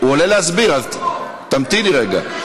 הוא עולה להסביר, אז תמתיני רגע.